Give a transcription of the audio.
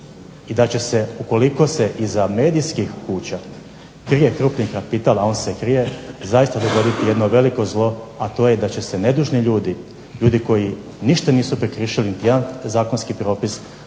i da će se ukoliko se iza medijskih kuća krije krupni kapital, a on se krije, zaista dogoditi jedno veliko zlo, a to je da će se nedužni ljudi, ljudi koji ništa nisu prekršili, niti jedan zakonski propis